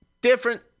Different